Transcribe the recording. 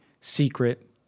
secret